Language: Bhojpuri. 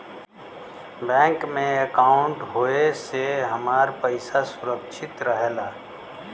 बैंक में अंकाउट होये से हमार पइसा सुरक्षित रहला